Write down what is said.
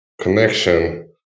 connection